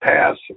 pass